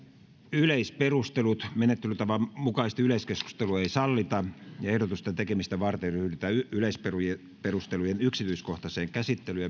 yleisperustelut menettelytavan mukaisesti yleiskeskustelua ei sallita ehdotusten tekemistä varten ryhdytään yleisperustelujen yksityiskohtaiseen käsittelyyn